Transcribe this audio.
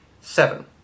seven